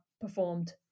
performed